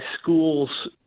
schools